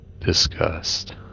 discussed